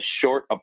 short